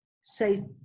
say